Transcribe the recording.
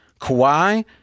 Kawhi